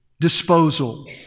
disposal